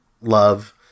love